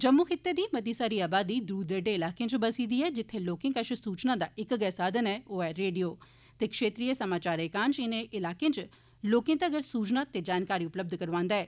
जम्मू खित्ते दी मती सारी अबादी दूर दरेड़े इलाकें इच बसदी ऐ जित्थै लोकें कश सूचना दा इक गै साधन रेडियो ऐ जे क्षेत्रीय समाचार एकांश इनें इलाकें इच लोकें तगर सूचना ते जानकारी उपलब्ध करौआन्दा ऐ